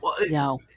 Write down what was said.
No